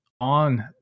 on